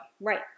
Right